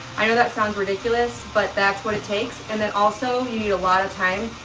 i know that sounds ridiculous but that's what it takes. and then also you need a lot of time.